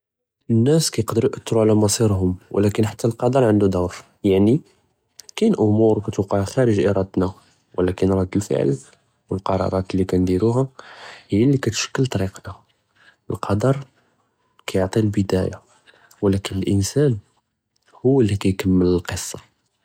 אלנאס יקדרו יאותרו עלא מצירهم, ו ولكין חתה אלקדר ענדו דור, יַעני כאין אמור תוּוקע חאורג אִרדאתנא, ו ولكין רד אלפְעל ו אלקראראת אללי כנדירוהא, היא אללי כتشכל טְרִיקנא. אלקדר יַעְטי אלבּדאיה ו ولكין אלאנסאן הו אללי יִכּמל אלקיסה.